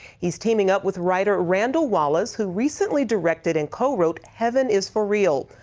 he is teaming up with writer randall wallace, who recently directed and co-wrote heaven is for real.